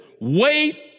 Wait